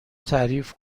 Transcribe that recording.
تعریف